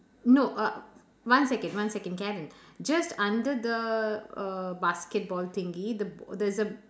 no uh one second one second Karen just under the uh basketball thingy the there's a